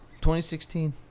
2016